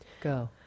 go